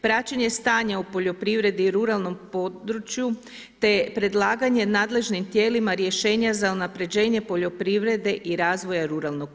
praćenje stanja u poljoprivredi i ruralnom području te predlaganje nadležnim tijelima rješenje za unapređenje poljoprivrede i razvoja ruralnog